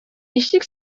ничек